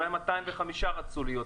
אולי 205 רצו להיות.